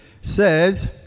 says